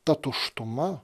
ta tuštuma